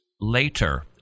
later